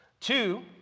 Two